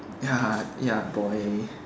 ya ya boy